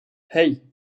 hey